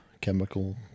chemical